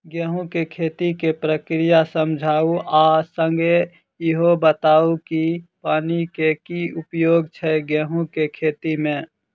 गेंहूँ केँ खेती केँ प्रक्रिया समझाउ आ संगे ईहो बताउ की पानि केँ की उपयोग छै गेंहूँ केँ खेती में?